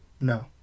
No